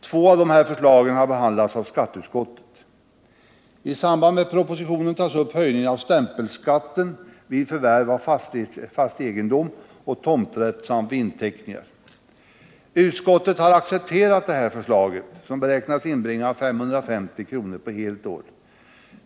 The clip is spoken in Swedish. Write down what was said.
Två av dessa förslag har behandlats av skatteutskottet. I samband med denna proposition tas upp höjningen av stämpelskatten vid förvärv av fast egendom och tomträtt samt vid inteckningar. Utskottet har accepterat detta förslag, som beräknas inbringa 550 milj.kr. på helt år.